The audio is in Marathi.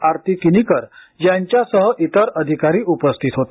आरती किनीकर यांच्यासह इतर अधिकारी उपस्थित होते